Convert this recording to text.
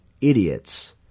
idiots